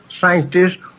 scientists